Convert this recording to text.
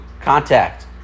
contact